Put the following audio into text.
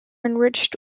enriched